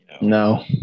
No